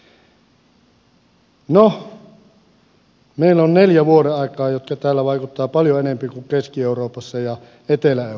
no meillä on neljä vuodenaikaa jotka täällä vaikuttavat paljon enemmän kuin keski euroopassa ja etelä euroopassa